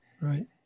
Right